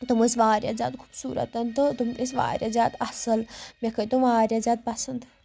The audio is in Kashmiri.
تِم ٲسۍ واریاہ زیادٕ خوٗبصوٗرت تہٕ تِم ٲسۍ واریاہ زیادٕ اَصٕل مےٚ کھٔتۍ تِم واریاہ زیادٕ پَسنٛد